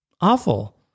awful